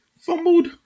fumbled